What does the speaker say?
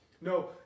No